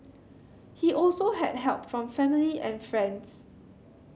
he also had help from family and friends